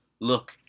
Look